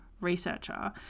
researcher